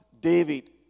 David